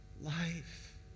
life